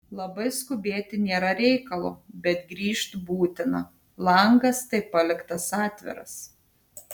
labai skubėti nėra reikalo bet grįžt būtina langas tai paliktas atviras